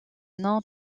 nom